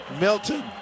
Milton